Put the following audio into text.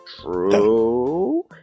True